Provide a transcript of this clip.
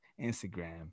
Instagram